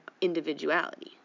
individuality